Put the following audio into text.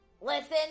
Listen